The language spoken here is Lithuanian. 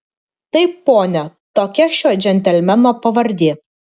taip pone tokia šio džentelmeno pavardė